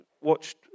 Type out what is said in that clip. watched